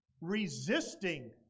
resisting